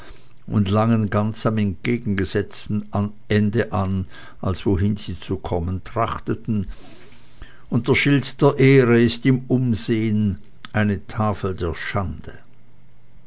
und langen ganz am entgegengesetzten ende an als wohin sie zu kommen trachteten und der schild der ehre ist im umsehen eine tafel der schande